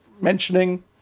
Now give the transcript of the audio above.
mentioning